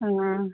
आं